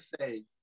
say